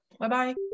Bye-bye